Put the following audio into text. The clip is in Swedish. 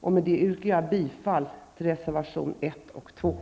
Med det anförda yrkar jag bifall till reservationerna